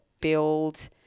build